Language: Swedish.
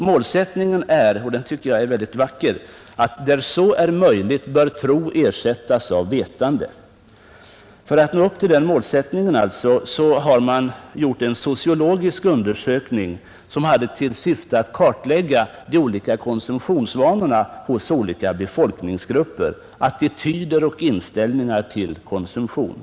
Målsättningen är — och kan betraktas som vacker — att där så är möjligt bör tro ersättas av vetande. För att nå det målet har man gjort en sociologisk undersökning som hade till syfte att kartlägga konsumtionsvanorna hos olika befolkningsgrupper, attityder och inställningar till konsumtionen.